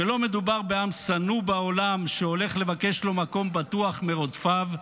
שלא מדובר בעם שנוא בעולם שהולך לבקש לו מקום בטוח מרודפיו,